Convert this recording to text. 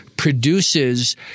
produces